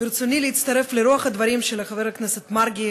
ברצוני להצטרף לרוח הדברים של חבר הכנסת מרגי,